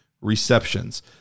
receptions